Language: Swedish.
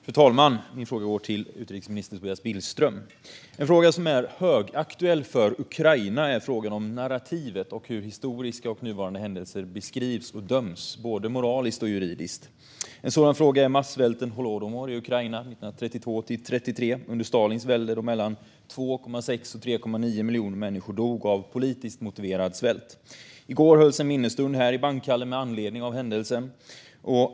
Fru talman! Min fråga går till utrikesminister Tobias Billström. En fråga som är högaktuell för Ukraina är den om narrativet och hur historiska och nutida händelser beskrivs och bedöms, både moraliskt och juridiskt. En sådan händelse är massvälten holodomor i Ukraina 1932-1933, under Stalins välde, då mellan 2,6 och 3,9 miljoner människor dog av politiskt orsakad svält. I går hölls en minnesstund här i Bankhallen med anledning av händelsen.